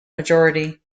majority